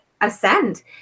Ascend